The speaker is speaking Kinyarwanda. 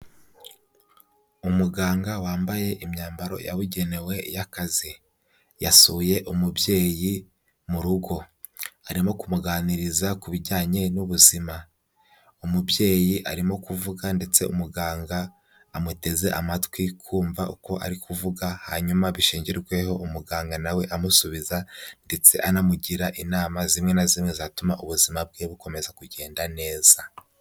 Umuganga wambaye imyambaro yabugenewe y'akazi, yasuye umubyeyi mu rugo, arimo kumuganiriza ku bijyanye n'ubuzima, umubyeyi arimo kuvuga ndetse umuganga amuteze amatwi, kumva uko ari kuvuga, hanyuma bishingirweho umuganga nawe amusubiza, ndetse anamugira inama zimwe na zimwe zatuma ubuzima bwe bukomeza kugenda neza.